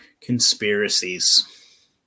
conspiracies